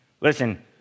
Listen